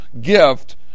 gift